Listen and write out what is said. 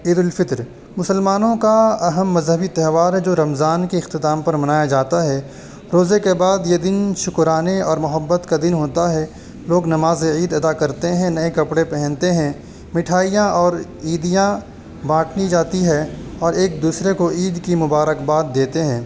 عید الفطر مسلمانوں کا اہم مذہبی تہوار ہے جو رمضان کے اختتام پر منایا جاتا ہے روزے کے بعد یہ دن شکرانے اور محبت کا دن ہوتا ہے لوگ نماز عید ادا کرتے ہیں نئے کپڑے پہنتے ہیں مٹھائیاں اور عیدیاں بانٹی جاتی ہیں اور ایک دوسرے کو عید کی مبارکباد دیتے ہیں